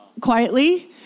quietly